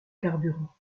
carburant